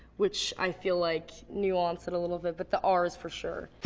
which i feel like, nuance it a little bit. but the um rs for sure.